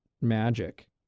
magic